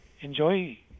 enjoy